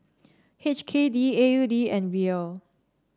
H K D A U D and Riel